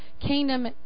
kingdom